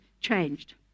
changed